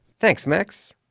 thanks max.